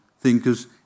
thinkers